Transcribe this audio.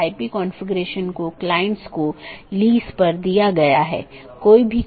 यहाँ N1 R1 AS1 N2 R2 AS2 एक मार्ग है इत्यादि